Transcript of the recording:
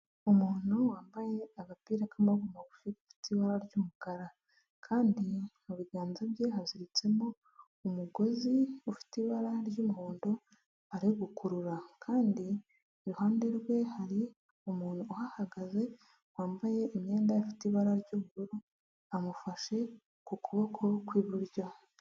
Umuntu wambaye agapira k'amaboko magufi, gafite ibara ry'umukara, kandi mu biganza bye haziritsemo umugozi ufite ibara ry'umuhondo ari gukurura, kandi iruhande rwe hari umuntu uhahagaze wambaye imyenda ifite ibara ry'ubururu, amufashe ku kuboko kw'iburyo.